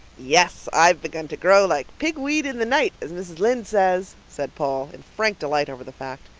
yes, i've begun to grow like pigweed in the night, as mrs. lynde says, said paul, in frank delight over the fact.